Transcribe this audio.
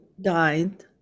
died